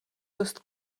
dost